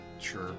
Sure